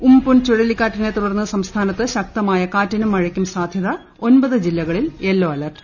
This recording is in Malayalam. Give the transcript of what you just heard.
ഉം പുൻ ചുഴലിക്കാറ്റിനെ തുടർന്ന് സംസ്ഥാനത്ത് ശക്തമായ കാറ്റിനും മഴയ്ക്കും സാധൃത ഒമ്പത് ജില്ലകളിൽ യെല്ലോ അലെർട്ട്